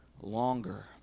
longer